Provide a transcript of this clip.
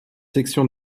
section